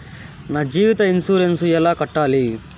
నా జీవిత ఇన్సూరెన్సు ఎలా కట్టాలి?